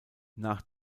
nach